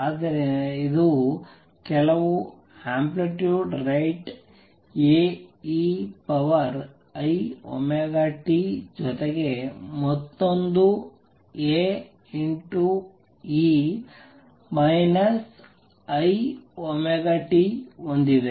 ಆದ್ದರಿಂದ ಇದು ಕೆಲವು ಅಂಪ್ಲಿಟ್ಯೂಡ್ ರೈಟ್ Aeiωt ಜೊತೆಗೆ ಮತ್ತೊಂದು Ae iωt ಹೊಂದಿದೆ